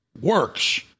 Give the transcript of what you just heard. works